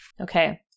Okay